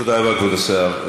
תודה רבה, כבוד השר.